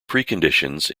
preconditions